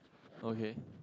okay